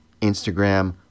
Instagram